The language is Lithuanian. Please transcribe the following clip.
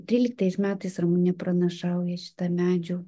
tryliktais metais ramunė pranašauja šitą medžių